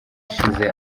ishize